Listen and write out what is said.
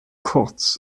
kurz